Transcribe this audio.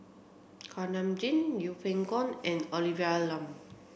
Kuak Nam Jin Yeng Pway Ngon and Olivia Lum